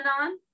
on